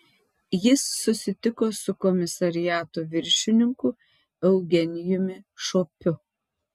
jis susitiko su komisariato viršininku eugenijumi šopiu